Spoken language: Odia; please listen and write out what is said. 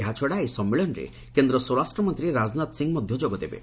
ଏହାଛଡ଼ା ଏହି ସମ୍ମିଳନୀରେ କେନ୍ଦ୍ର ସ୍ୱରାଷ୍ଟ୍ରମନ୍ତ୍ରୀ ରାଜନାଥ ସିଂ ମଧ୍ୟ ଯୋଗଦେବେ